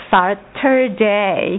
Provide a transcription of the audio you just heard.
Saturday